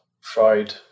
fried